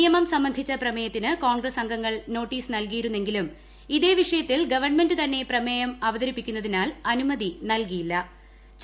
നിയമം സംബന്ധിച്ച പ്രമേയത്തിന് കോൺഗ്രസീ അംഗങ്ങൾ നോട്ടീസ് നൽകിയിരുന്നെങ്കിലും ഇത്ത് ്വിഷയത്തിൽ ഗവൺമെന്റ് തന്നെ പ്രമേയം അവതരിപ്പിക്കുക്കുതി്നാൽ അനുമതി നൽകിയില്ല്